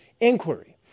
inquiry